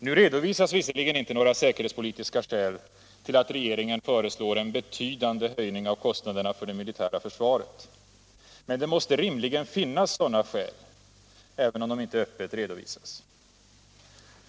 Nu redovisas visserligen inte några säkerhetspolitiska skäl till att regeringen föreslår en betydande höjning av kostnaderna för det militära försvaret. Men det måste rimligen finnas sådana skäl — även om de inte öppet redovisas.